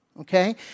okay